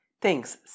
Thanks